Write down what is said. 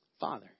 Father